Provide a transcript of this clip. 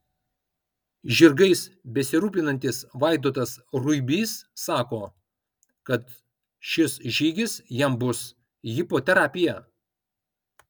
žirgais besirūpinantis vaidotas ruibys sako kad šis žygis jam bus hipoterapija